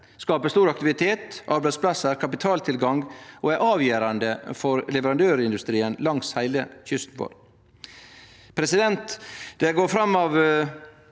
skaper stor aktivitet, arbeidsplassar og kapitaltilgang og er avgjerande for leverandørindustrien langs heile kysten vår. Det går fram av